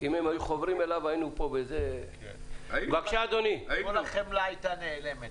אם הם היו חוברים אליו היינו פה -- כל החמלה הייתה נעלמת.